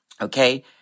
okay